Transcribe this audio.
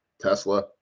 Tesla